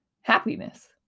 happiness